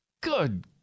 Good